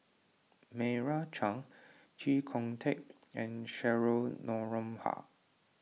Meira Chand Chee Kong Tet and Cheryl Noronha